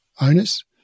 owners